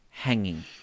hanging